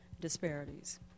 disparities